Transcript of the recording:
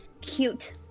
cute